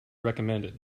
recommended